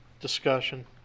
Discussion